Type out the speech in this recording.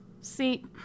See